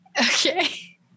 Okay